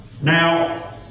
Now